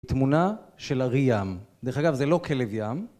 תמונה של ארי ים. דרך אגב זה לא כלב ים.